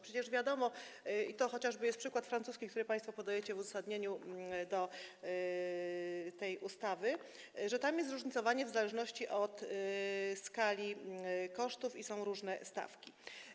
Przecież wiadomo, i to chociażby jest przykład francuski, który państwo podajecie w uzasadnieniu tej ustawy, że tam jest zróżnicowanie w zależności od skali kosztów i są różne stawki.